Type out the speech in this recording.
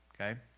okay